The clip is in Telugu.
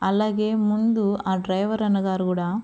అలాగే ముందు ఆ డ్రైవర్ అన్న గారు కూడా